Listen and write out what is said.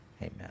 amen